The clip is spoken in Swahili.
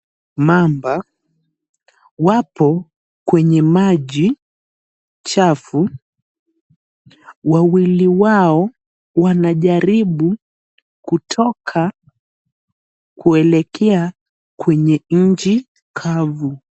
Mamba wapo kwenye maji chafu, wawili wao wanajaribu kutoka kuelekea kwenye nchi kavu.